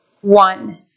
one